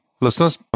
Listeners